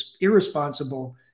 irresponsible